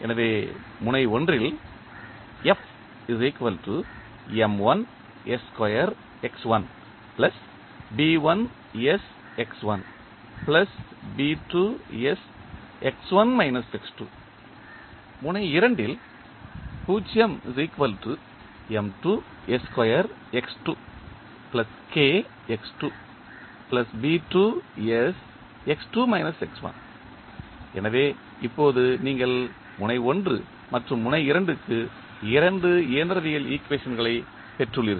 எனவே முனை 1 இல் முனை 2 இல் எனவே இப்போது நீங்கள் முனை 1 மற்றும் முனை 2 க்கு 2 இயந்திரவியல் ஈக்குவேஷன்களைப் பெற்றுள்ளீர்கள்